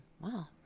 wow